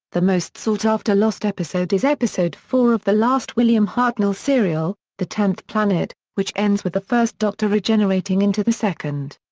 the most sought-after lost episode is episode four of the last william hartnell serial, the tenth planet, which ends with the first doctor regenerating into the second.